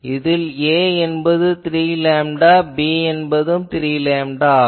இதில் 'a' என்பது 3 lambda மற்றும் 'b' என்பதும் 3 லேம்டா ஆகும்